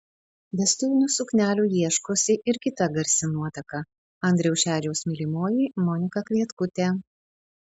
vestuvinių suknelių ieškosi ir kita garsi nuotaka andriaus šedžiaus mylimoji monika kvietkutė